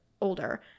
older